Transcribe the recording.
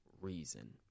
reason